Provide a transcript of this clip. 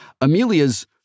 Amelia's